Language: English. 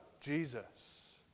Jesus